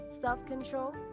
self-control